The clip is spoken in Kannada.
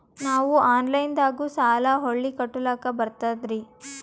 ನಾವು ಆನಲೈನದಾಗು ಸಾಲ ಹೊಳ್ಳಿ ಕಟ್ಕೋಲಕ್ಕ ಬರ್ತದ್ರಿ?